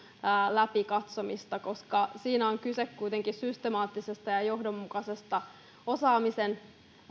läpi katsomista siinä on kuitenkin kyse systemaattisesta ja ja johdonmukaisesta osaamisen